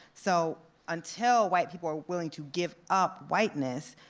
so until white people are willing to give up whiteness,